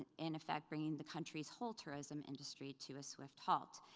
and in effect bringing the country's whole tourism industry to a swift halt.